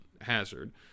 Hazard